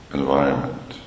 environment